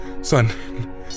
son